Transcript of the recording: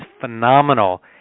phenomenal